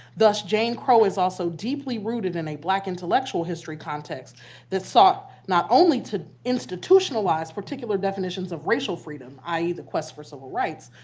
thus, jane crow is also deeply rooted in a black intellectual history context that sought not only to institutionalize particular definitions of racial freedom, i e. the quest for civil rights,